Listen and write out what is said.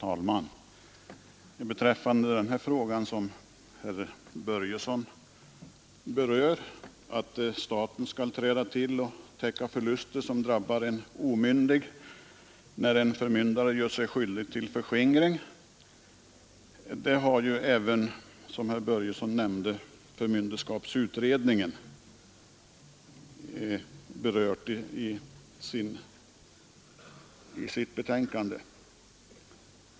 Herr talman! Den fråga som herr Börjesson i Falköping berör, nämligen att staten skall träda till och täcka de förluster som drabbar en omyndig när en förmyndare gör sig skyldig till förskingring, har — såsom även herr Börjesson nämnde — förmynderskapsutredningen berört i sitt betänkande.